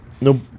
No